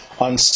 on